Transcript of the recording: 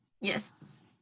Yes